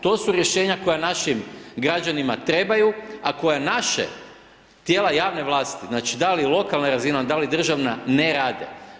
To su rješenja koja našim građanima trebaju, a koja naše tijela javne vlasti, znači da li lokalna razina, da li državna ne rade.